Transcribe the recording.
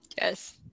Yes